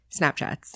Snapchats